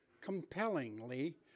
compellingly